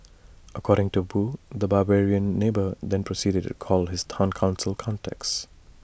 according to boo the 'barbarian neighbour' then proceeded to call his Town Council contacts